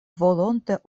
volonte